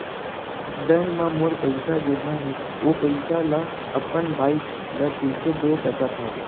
Bank म मोर पइसा जेमा हे, ओ पइसा ला अपन बाई ला कइसे दे सकत हव?